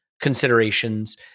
considerations